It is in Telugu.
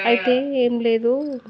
అయితే ఏం లేదు